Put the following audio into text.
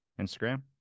Instagram